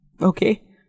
okay